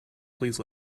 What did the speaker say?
please